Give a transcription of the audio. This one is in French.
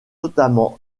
notamment